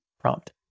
prompt